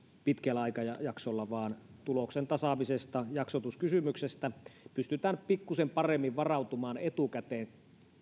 pitkällä aikajaksolla vaan tuloksen tasaamisesta jaksotuskysymyksestä pystytään pikkusen paremmin varautumaan etukäteen